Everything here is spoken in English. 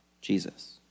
Jesus